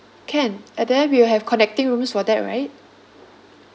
can and then we will have connecting rooms for that right